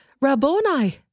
Rabboni